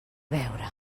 veure